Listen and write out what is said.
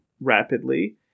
rapidly